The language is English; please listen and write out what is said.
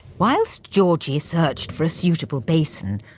whilst georgie searched for a suitable basin,